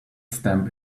stamp